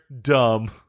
dumb